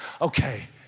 Okay